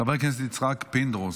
חבר הכנסת יצחק פינדרוס,